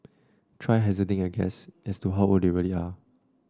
try hazarding a guess as to how old they really are